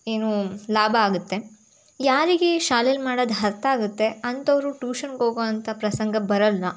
ಏನು ಲಾಭ ಆಗುತ್ತೆ ಯಾರಿಗೆ ಶಾಲೆಲ್ಲಿ ಮಾಡದು ಅರ್ಥ ಆಗುತ್ತೆ ಅಂಥವರು ಟೂಷನ್ಗೆ ಹೋಗೋಂಥ ಪ್ರಸಂಗ ಬರೋಲ್ಲ